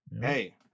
hey